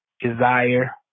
desire